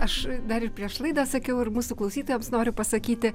aš dar ir prieš laidą sakiau ir mūsų klausytojams noriu pasakyti